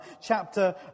chapter